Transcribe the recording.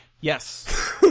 Yes